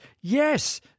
Yes